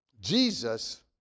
Jesus